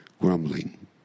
grumbling